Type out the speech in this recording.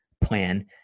plan